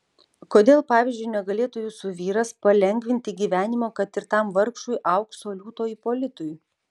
kodėl pavyzdžiui negalėtų jūsų vyras palengvinti gyvenimo kad ir tam vargšui aukso liūto ipolitui